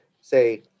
say